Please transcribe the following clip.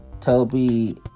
Toby